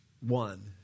one